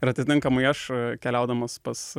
ir atitinkamai aš keliaudamas pas